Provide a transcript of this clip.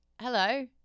hello